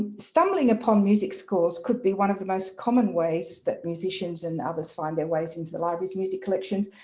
stumbling upon music scores could be one of the most common ways that musicians and others find their ways into the library's music collections,